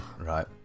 right